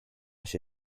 się